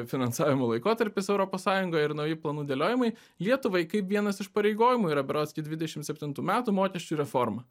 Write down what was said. finansavimo laikotarpis europos sąjungoj ir naujų planų dėliojimai lietuvai kaip vienas iš pareigojimų yra berods iki dvidešim septintų metų mokesčių reforma